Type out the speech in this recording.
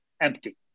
empty